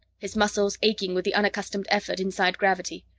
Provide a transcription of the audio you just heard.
his muscles aching with the unaccustomed effort inside gravity.